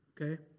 Okay